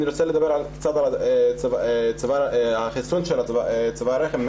אני גם רוצה לדבר על החיסון של צוואר הרחם.